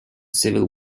civil